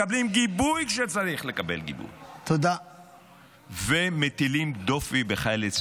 מקבלים גיבוי כשצריך לקבל גיבוי ומטילים דופי בחיילי צה"ל.